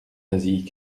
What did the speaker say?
nasie